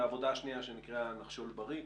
העבודה השנייה נקראה "נחשול בריא".